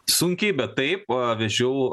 sunkiai bet taip vežiau